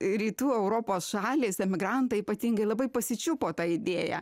rytų europos šalys emigrantai ypatingai labai pasičiupo tą idėją